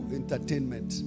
entertainment